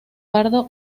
pardo